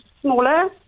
smaller